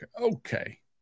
Okay